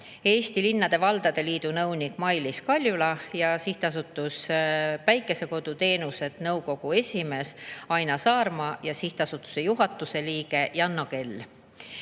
Eesti Linnade ja Valdade Liidu nõunik Mailiis Kaljula ning SA Päikesekodu Teenused nõukogu esimees Aina Saarma ja sihtasutuse juhatuse liige Janno Kell.